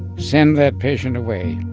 send that patient away.